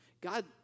God